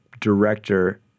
director